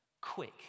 Quick